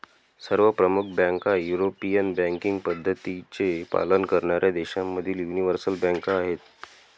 सर्व प्रमुख बँका युरोपियन बँकिंग पद्धतींचे पालन करणाऱ्या देशांमधील यूनिवर्सल बँका आहेत